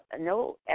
no